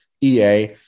EA